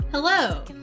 Hello